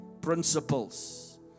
principles